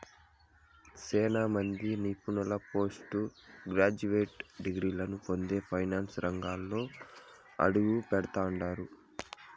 సేనా మంది నిపుణులు పోస్టు గ్రాడ్యుయేట్ డిగ్రీలని పొంది ఫైనాన్సు రంగంలో అడుగుపెడతండారు